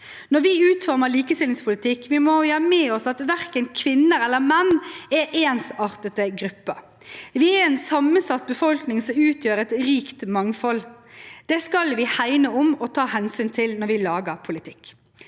Når vi utformer likestillingspolitikk, må vi ha med oss at verken kvinner eller menn er ensartede grupper. Vi er en sammensatt befolkning som utgjør et rikt mangfold. Det skal vi hegne om og ta hensyn til når vi lager politikk.